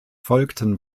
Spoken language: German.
folgten